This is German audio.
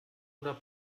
oder